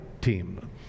team